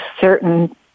certain